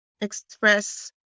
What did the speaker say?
Express